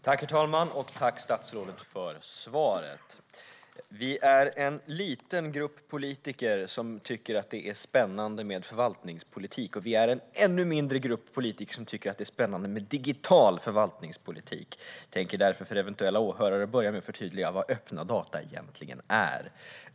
Herr talman! Tack, statsrådet, för svaret! Vi är en liten grupp politiker som tycker att det är spännande med förvaltningspolitik. Och vi är en ännu mindre grupp politiker som tycker att det är spännande med digital förvaltningspolitik. Jag tänker därför börja med att förtydliga för eventuella åhörare vad öppna data egentligen är.